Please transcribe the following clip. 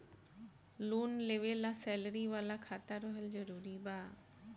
Loan लेवे ला salary वाला खाता रहल जरूरी बा?